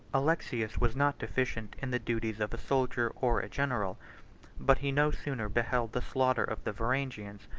alexius was not deficient in the duties of a soldier or a general but he no sooner beheld the slaughter of the varangians,